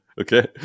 okay